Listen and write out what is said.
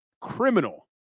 criminal